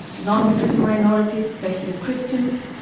non-muslim minorities, especially christians,